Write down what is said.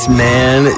man